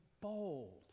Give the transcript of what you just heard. bold